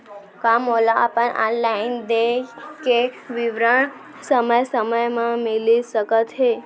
का मोला अपन ऑनलाइन देय के विवरण समय समय म मिलिस सकत हे?